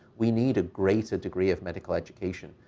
we need a greater degree of medical education.